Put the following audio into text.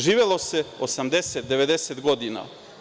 Živelo se 80, 90 godina.